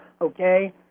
okay